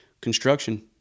construction